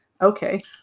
Okay